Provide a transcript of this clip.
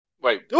Wait